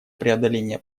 преодоления